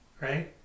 right